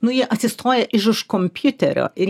nu jie atsistoja iš už kompiuterio ir